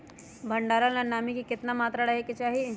भंडारण ला नामी के केतना मात्रा राहेके चाही?